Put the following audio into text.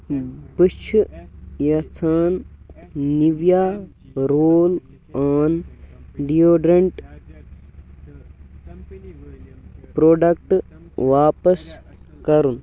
بہٕٕ چھُ یژھان نیٖویا رول آن ڈیوڈرٛنٛٹ پروڈکٹ واپَس کرُن